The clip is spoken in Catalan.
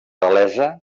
gal·lesa